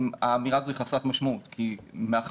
האמירה הזאת היא חסרת משמעות כי מאחר